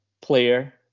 player